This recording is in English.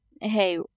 hey